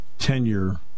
tenure